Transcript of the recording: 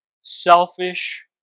selfish